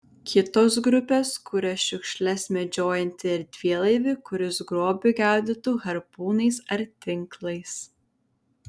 kitos grupės kuria šiukšles medžiojantį erdvėlaivį kuris grobį gaudytų harpūnais ar tinklais